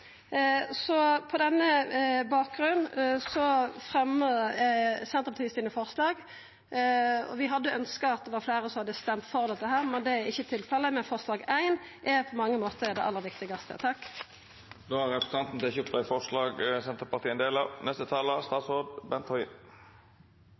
På denne bakgrunnen fremjar eg Senterpartiets forslag. Vi hadde ønskt at det var fleire som hadde røysta for dette, men det er ikkje tilfellet. Men forslag nr. 1 er på mange måtar det aller viktigaste. Representanten Kjersti Toppe har teke opp dei